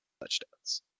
Touchdowns